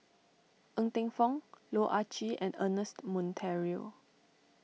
Ng Teng Fong Loh Ah Chee and Ernest Monteiro